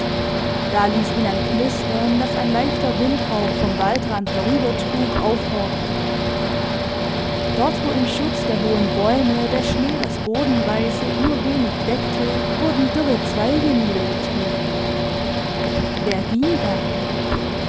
da ließ ihn ein knistern das ein leichter windhauch vom waldrand herübertrug aufhorchen dort wo im schutz der hohen bäume der schnee das bodenreisig nur wenig deckte wurden dürre zweige niedergetreten wer ging da